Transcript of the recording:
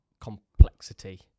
complexity